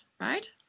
right